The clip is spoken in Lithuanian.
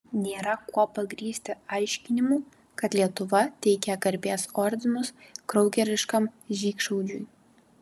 nėra kuo pagrįsti aiškinimų kad lietuva teikia garbės ordinus kraugeriškam žydšaudžiui